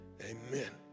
Amen